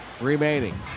remaining